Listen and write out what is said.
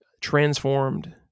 transformed